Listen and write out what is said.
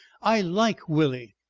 i like willie.